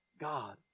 God